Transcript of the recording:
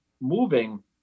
moving